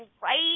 right